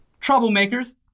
Troublemakers